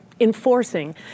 enforcing